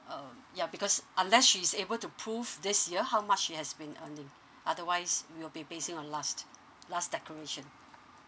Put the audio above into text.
um ya because unless she's able to prove this year how much she has been earning otherwise it'll be basing on last last declaration